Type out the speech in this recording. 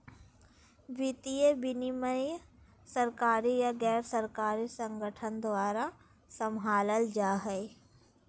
वित्तीय विनियमन सरकारी या गैर सरकारी संगठन द्वारा सम्भालल जा हय